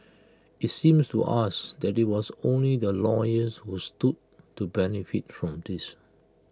IT seems to us that IT was only the lawyers who stood to benefit from this